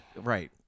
Right